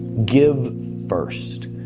give first.